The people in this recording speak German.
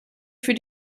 für